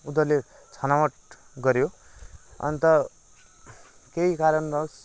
उनीहरूले छनौट गऱ्यो अन्त केही कारणवाश